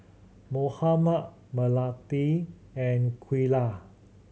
Muhammad Melati and Aqeelah